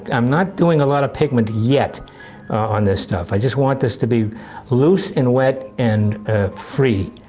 i'm not doing a lot of pigment yet on this stuff. i just want this to be loose and wet and free.